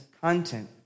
content